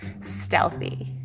Stealthy